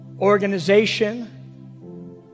organization